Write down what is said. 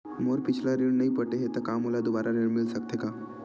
मोर पिछला ऋण नइ पटे हे त का मोला दुबारा ऋण मिल सकथे का?